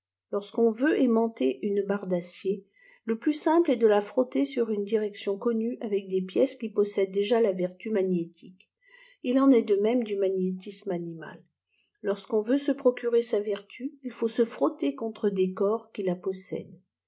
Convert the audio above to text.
l'on veut aimanter une barre d'acier le plus simple st de la frotter dans une direction connue avec des pièces qui possèdent déjà la vertu magnétique il en est de même du magnétisme animal lorsqu'on veut se procurer sa vertu il faut se frotter contre des corps qui la possèdent